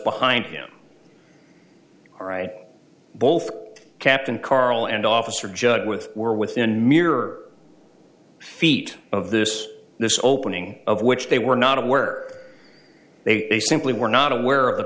behind him all right both captain karl and officer judge with were within mirror feet of this this opening of which they were not aware they simply were not aware of the